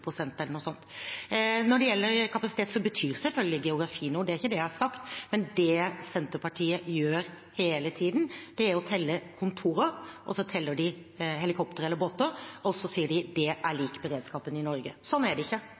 eller noe sånt. Når det gjelder kapasitet, betyr selvfølgelig geografi noe, det er ikke det jeg har sagt. Men det Senterpartiet gjør hele tiden, er å telle kontorer, så teller de helikoptre eller båter, og så sier de at det er lik beredskapen i Norge. Slik er det ikke.